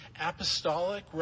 apostolic